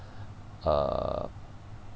uh